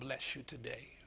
bless you today